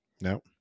no